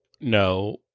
No